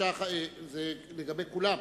זה לגבי כולם.